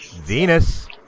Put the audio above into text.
Venus